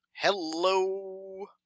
Hello